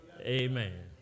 Amen